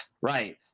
right